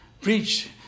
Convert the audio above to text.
Preach